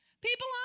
People